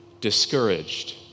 discouraged